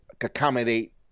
accommodate